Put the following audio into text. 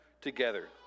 together